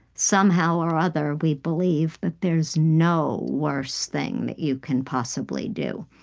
somehow or other, we believe that there's no worse thing that you can possibly do.